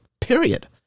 period